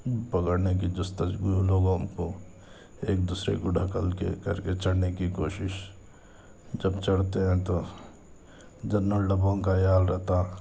پکڑنے کی جستجو لوگوں کو ایک دوسرے کو ڈھکیل کے کر کے چڑھنے کی کوشش جب چڑھتے ہیں تو جنرل ڈبوں کا یہ حال رہتا